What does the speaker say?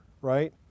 right